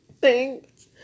Thanks